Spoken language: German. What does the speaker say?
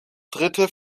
dritte